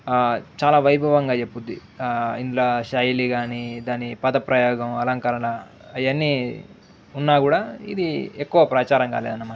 చాలా వైభవంగా చెప్పుద్ది ఇందులో శైలి కాని దాని పద ప్రయోగం అలంకరల అవన్నీ ఉన్నా కూడా ఇది ఎక్కువ ప్రచారం కాలేదు అనమాట